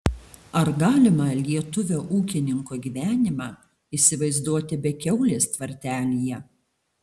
ar galima lietuvio ūkininko gyvenimą įsivaizduoti be kiaulės tvartelyje